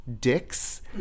dicks